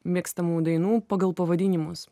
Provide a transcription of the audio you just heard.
mėgstamų dainų pagal pavadinimus